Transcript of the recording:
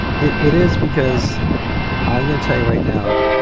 it is because i'm gonna tell you right now.